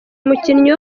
umukinnyi